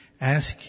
ask